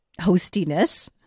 hostiness